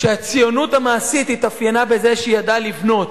בזה שהציונות המעשית התאפיינה בכך שהיא ידעה לבנות,